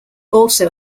also